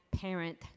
parent